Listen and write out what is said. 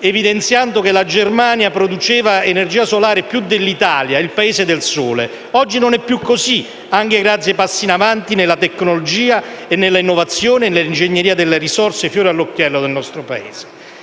evidenziando che la Germania produceva energia solare più dell'Italia, il Paese del sole? Oggi non è più così, anche grazie ai passi in avanti nella tecnologia, nell'innovazione e nell'ingegneria delle risorse, fiore all'occhiello del nostro Paese.